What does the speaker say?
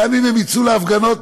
גם אם יצאו להפגנות,